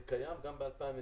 זה קיים גם ב-2021.